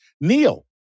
Neil